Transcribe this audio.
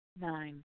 Nine